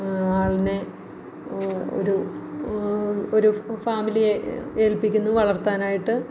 ആളിനെ ഒരു ഓ ഒരു ഫാമിലിയെ ഏൽപ്പിക്കുന്നു വളർത്താനായിട്ട്